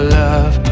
love